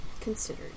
considered